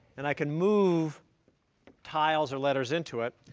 and i can move tiles or letters into it.